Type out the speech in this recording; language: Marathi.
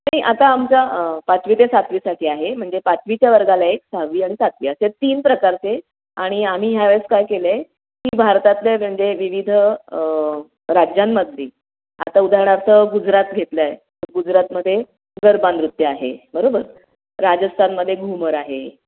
नाही आता आमचा पाचवी ते सातवीसाठी आहे म्हणजे पाचवीच्या वर्गाला एक सहावी आणि सातवी असे तीन प्रकारचे आणि आम्ही ह्यावेळेस काय केलं आहे की भारतातले म्हणजे विविध राज्यांमधली आता उदाहरणार्थ गुजरात घेतलं आहे गुजरातमध्ये गरबा नृत्य आहे बरोबर राजस्थानमध्ये घुमर आहे